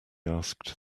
asked